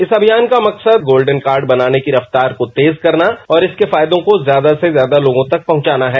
इस अभियान का मकसद गोल्डन कार्ड बनाने की रफ्तार को तेज करना और इसके फायदों को ज्यादा से ज्यादा लोगों तक पहुंचाना है